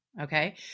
Okay